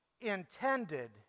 intended